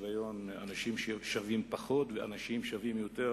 אנשים שהם שווים פחות ואנשים ששווים יותר,